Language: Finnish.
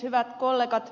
hyvät kollegat